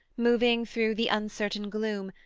moving through the uncertain gloom,